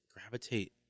gravitate